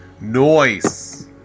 noise